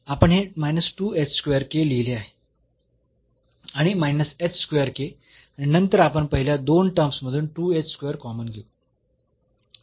तर आपण हे लिहले आहे आणि आणि नंतर आपण पहिल्या दोन टर्म्स मधून कॉमन घेऊ